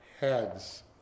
heads